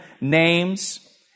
names